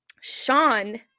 Sean